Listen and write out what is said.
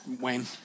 Wayne